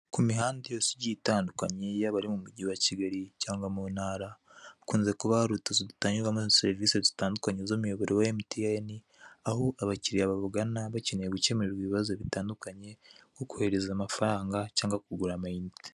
Ku mihanda yose igiye itandukanye yaba ari mu mujyi wa Kigali cyangwa mu ntara, hakunze kuba hari utuzu dutangirwamo serivise zitandukanye z'umuyoboro wa emutiyene, aho abakiriya bavugana bakeneye gukemurirwa ibibazo bitandukanye, mu kohereza amafaranga cyangwa kugura amayinite.